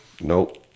Nope